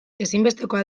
ezinbestekoa